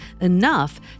enough